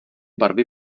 barvy